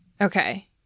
Okay